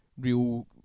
real